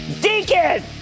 Deacon